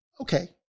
Okay